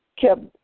kept